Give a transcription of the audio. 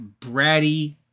bratty